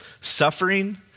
Suffering